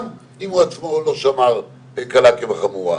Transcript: גם אם הוא עצמו לא שמר קלה כבחמורה.